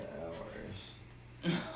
hours